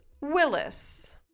Willis